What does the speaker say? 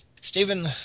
Stephen